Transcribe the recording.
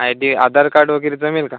I D Aadhaar card वगैरे जमेल का